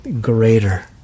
greater